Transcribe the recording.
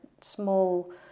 small